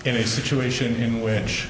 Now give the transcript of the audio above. in a situation in which